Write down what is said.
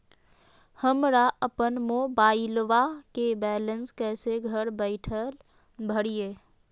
हमरा अपन मोबाइलबा के बैलेंस कैसे घर बैठल भरिए?